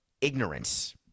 ignorance